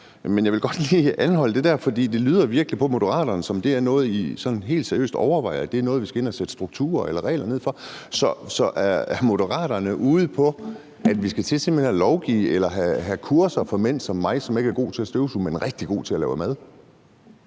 Men jeg vil godt lige anholde det der, for det lyder jo virkelig på Moderaterne, som om I sådan helt seriøst overvejer, at det er noget, vi skal ind at sætte strukturer eller regler for. Så er Moderaterne simpelt hen ude på, at vi skal til at lovgive eller have kurser for mænd som mig, som ikke er gode til at støvsuge, men som er rigtig gode til at lave mad?